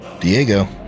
diego